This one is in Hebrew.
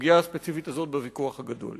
הסוגיה הספציפית הזאת בוויכוח הגדול.